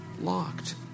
locked